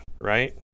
right